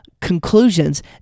conclusions